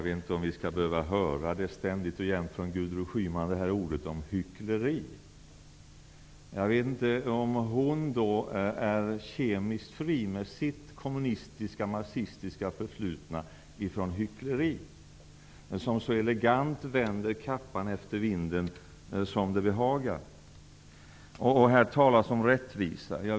Herr talman! Jag vet inte om vi ständigt och jämnt skall behöva höra det här talet om hyckleri från Gudrun Schyman. Jag undrar om hon är kemiskt fri från hyckleri med sitt kommunistiska och marxistiska förflutna, hon som så elegant som det behagar henne vänder kappan efter vinden. Här talas om rättvisa.